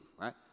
right